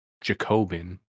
jacobin